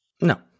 No